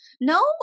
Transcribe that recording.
no